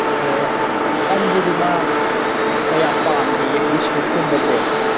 ꯑꯣ ꯇꯟꯁꯤꯗꯤ ꯃꯥ ꯀꯌꯥ ꯄꯥꯝꯗꯤꯌꯦ ꯕꯤꯁꯀꯨꯠꯒꯨꯝꯕꯁꯦ